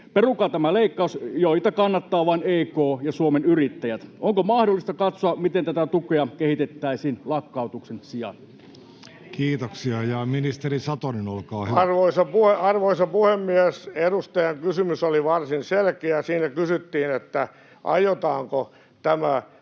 Perukaa tämä leikkaus, jota kannattavat vain EK ja Suomen Yrittäjät. Onko mahdollista katsoa, miten tätä tukea kehitettäisiin lakkautuksen sijaan? Kiitoksia. — Ja ministeri Satonen, olkaa hyvä. [Ben Zyskowicz: Selittäkää vielä kerran, hitaasti!] Arvoisa puhemies! Edustajan kysymys oli varsin selkeä. Siinä kysyttiin, aiotaanko tämä